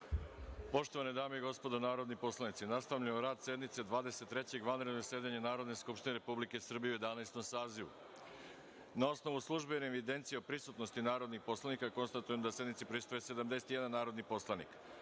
Poštovane dame i gospodo narodni poslanici, nastavljamo rad sednice Dvadeset trećeg vanrednog zasedanja Narodne skupštine Republike Srbije u Jedanaestom sazivu. Na osnovu službene evidencije o prisutnosti narodnih poslanika, konstatujem da sednici prisustvuje 71 narodni poslanik. Radi